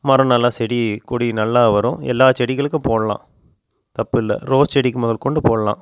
மரம் நல்லா செடி கொடி நல்லா வரும் எல்லா செடிகளுக்கும் போடலாம் தப்பு இல்லை ரோஸ் செடிக்கு முதற்கொண்டு போடலாம்